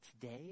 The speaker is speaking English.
today